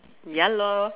ya lor